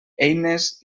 eines